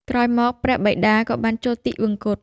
ក្រោយមក ព្រះបិតាក៏បានចូលទិវង្គត។